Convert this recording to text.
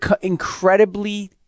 incredibly